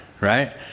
right